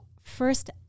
first